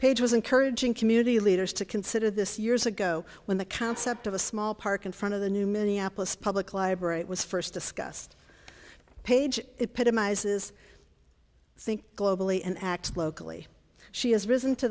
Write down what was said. page was encouraging community leaders to consider this years ago when the concept of a small park in front of the new minneapolis public library it was first discussed page it in my eyes is think globally and act locally she has risen to